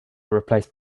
replaced